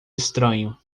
estranho